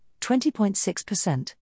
20.6%